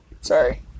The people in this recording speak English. Sorry